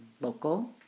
local